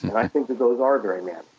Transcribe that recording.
and i think that those are very manly,